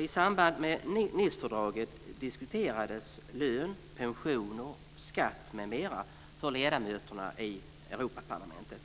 I samband med Nicefördraget diskuterades lön, pensioner och skatt m.m. för ledamöterna i Europaparlamentet.